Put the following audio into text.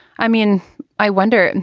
i mean i wonder.